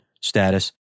status